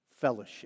fellowship